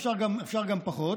נכון, אפשר גם פחות.